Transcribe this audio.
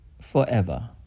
forever